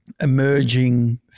emerging